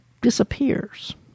disappears